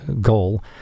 goal